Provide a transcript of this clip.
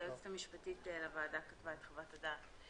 היועצת המשפטית לוועדה כתבה את חוות הדעת.